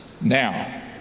Now